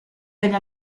degli